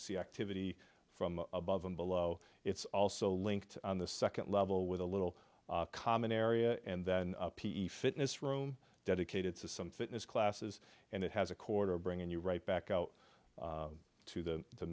see activity from above and below it's also linked on the second level with a little common area and then a p e fitness room dedicated to some fitness classes and it has a quarter bringing you right back out to the